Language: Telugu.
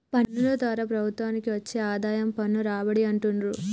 పన్నుల ద్వారా ప్రభుత్వానికి వచ్చే ఆదాయం పన్ను రాబడి అంటుండ్రు